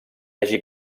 hagi